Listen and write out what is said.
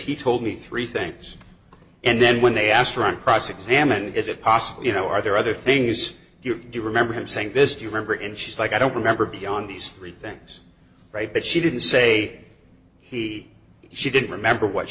he told me three things and then when they asked around cross examined is it possible you know are there other things you do remember him saying this you remember and she's like i don't remember beyond these three things right but she didn't say he she didn't remember what